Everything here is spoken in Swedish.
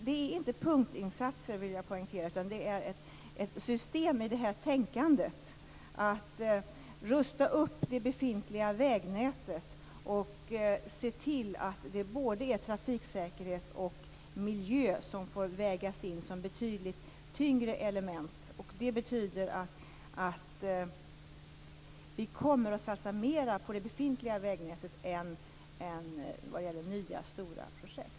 Det är inte punktinsatser, vill jag poängtera, utan det är ett system med detta tänkande att vi skall rusta upp det befintliga vägnätet och se till att det ger både trafiksäkerhet och miljö som får vägas in som betydligt tyngre element. Det betyder att vi kommer att satsa mer på det befintliga vägnätet än på nya stora projekt.